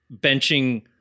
benching